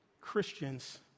Christians